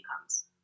comes